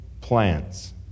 plants